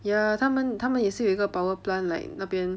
ya 他们他们也是有一个 power plant like 那边